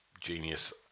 genius